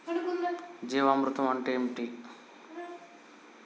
జీవామృతం అంటే ఏంటి?